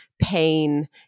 pain